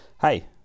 hey